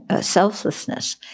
selflessness